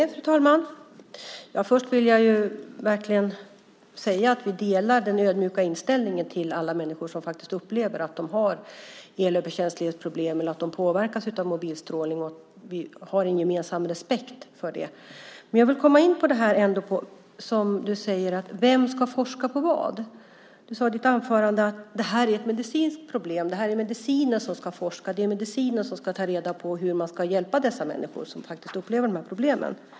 Fru talman! Först vill jag verkligen säga att vi delar den ödmjuka inställningen till alla människor som upplever att de har elöverkänslighetsproblem eller att de påverkas av mobilstrålning. Vi har en gemensam respekt för det. Jag vill också komma in på det som Patrik säger om vem som ska forska på vad. Du sade i ditt anförande att det här är ett medicinskt problem. Det är medicinen som ska forska och medicinen som ska ta reda på hur man ska hjälpa de människor som faktiskt upplever de här problemen.